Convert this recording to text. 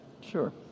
Sure